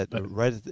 Right